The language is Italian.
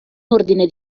ordine